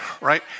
Right